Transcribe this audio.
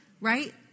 right